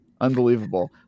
Unbelievable